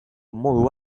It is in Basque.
modu